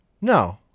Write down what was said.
No